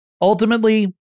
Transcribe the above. Ultimately